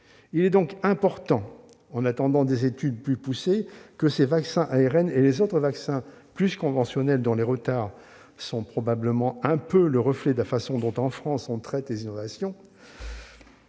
Il est donc important, en attendant des études plus poussées sur ces vaccins ARN et les autres vaccins plus conventionnels- leurs retards sont probablement un peu le reflet de la façon dont, en France, on traite les innovations